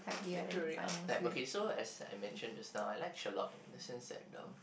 literary architect okay so as I mention just now I like Sherlock in the sense that the